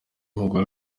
umugore